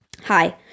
Hi